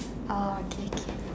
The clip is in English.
oh okay okay